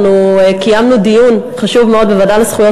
אנחנו קיימנו דיון חשוב מאוד בוועדה לזכויות